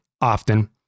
often